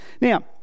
now